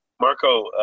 Marco